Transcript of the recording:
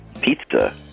Pizza